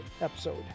episode